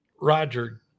roger